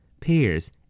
Pears